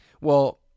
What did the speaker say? Well-